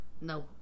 No